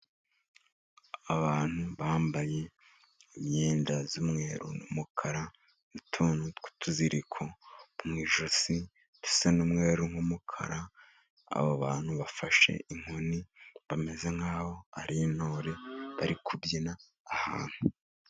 Abantu bambaye imyenda y'umweru n'umukara, n'utuntu tw'utuziriko mu ijosi dusa nk'umweru n'umukara. Aba bantu bafashe inkoni, bameze nk'aho ari intore bari kubyina ahantu.